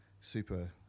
super